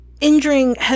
injuring